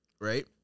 Right